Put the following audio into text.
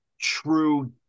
true